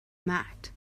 mat